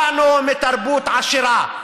באנו מתרבות עשירה.